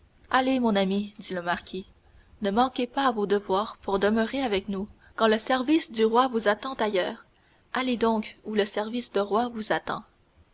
allez mon ami dit le marquis ne manquez pas à vos devoirs pour demeurer avec nous quand le service du roi vous attend ailleurs allez donc où le service du roi vous attend